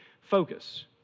focus